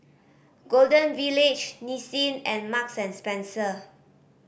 Golden Village Nissin and Marks and Spencer